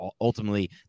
ultimately